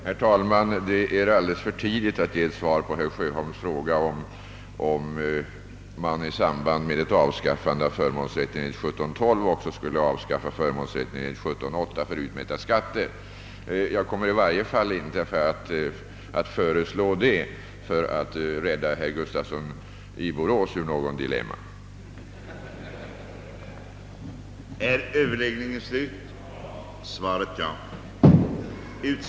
Herr talman! Det är alldeles för tidigt att ge svar på herr Sjöholms fråga, om man i samband med avskaffande av förmånsrätten enligt 17:12 skulle kunna avskaffa förmånsrätten enligt 17:88 för utmätta skatter. Jag kommer i varje fall inte att föreslå det för att rädda herr Gustafsson i Borås ur hans dilemma. Som tiden nu var långt framskriden beslöt kammaren på förslag av herr talmannen att uppskjuta behandlingen av återstående på föredragningslistan upp